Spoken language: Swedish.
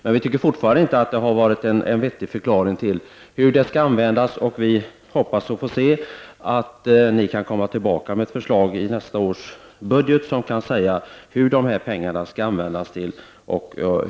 Men vi tycker fortfarande inte att vi har fått någon vettig förklaring till hur pengarna skall användas. Vi hoppas att ni kommer tillbaka med ett förslag i nästa års budget där det sägs vad pengarna skall användas till.